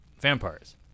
vampires